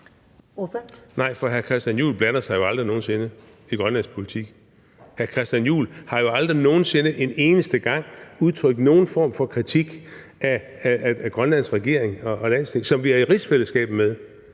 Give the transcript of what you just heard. Nej, for hr. Christian Juhl blander sig jo aldrig nogen sinde i grønlandsk politik. Hr. Christian Juhl har jo aldrig nogen sinde udtrykt nogen form for kritik af Grønlands regering og Landsting, som vi er i rigsfællesskab med,